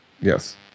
Yes